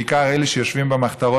בעיקר אלה שיושבים במחתרת,